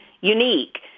unique